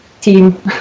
team